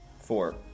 Four